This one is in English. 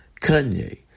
Kanye